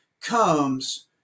comes